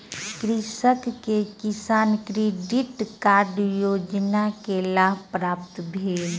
कृषक के किसान क्रेडिट कार्ड योजना के लाभ प्राप्त भेल